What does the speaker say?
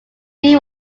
lee